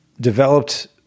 developed